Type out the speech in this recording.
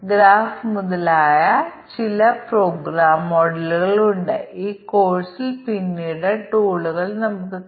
കാരണങ്ങളും സംയോജനവും ഫലമുണ്ടാക്കുന്നതിനുള്ള സാധ്യമായ വഴികൾ മാത്രമാണ് ഞങ്ങൾ ഇവിടെ നോക്കുന്നത്